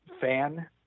fan